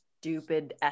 stupid